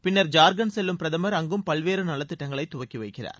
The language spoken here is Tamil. பின்னர் ஜார்க்கண்ட் செல்லும் பிரதமர் அங்கும் பல்வேறு நலத்திட்டங்களை துவக்கி வைக்கிறார்